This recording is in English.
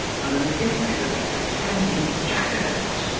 and an impudent pretending jackanapes,